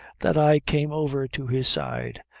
that i came over to his side,